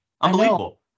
Unbelievable